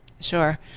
Sure